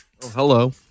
Hello